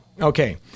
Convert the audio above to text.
Okay